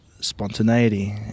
spontaneity